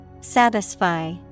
satisfy